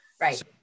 Right